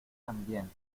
también